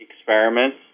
experiments